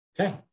Okay